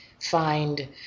find